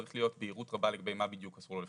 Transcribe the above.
צריכה להיות בהירות רבה לגבי מה בדיוק אסור לו לפרסם,